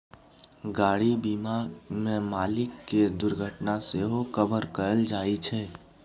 गाड़ी बीमा मे मालिक केर दुर्घटना सेहो कभर कएल जाइ छै